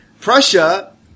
Prussia